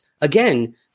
again